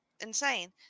insane